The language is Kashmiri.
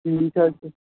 ٹھیٖک حظ چھُ